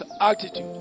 attitude